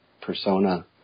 persona